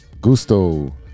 Gusto